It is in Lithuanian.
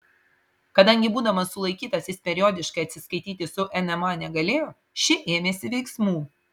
kadangi būdamas sulaikytas jis periodiškai atsiskaityti su nma negalėjo ši ėmėsi veiksmų